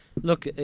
Look